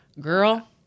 girl